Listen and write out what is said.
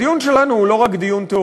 הדיון שלנו הוא לא רק תיאורטי,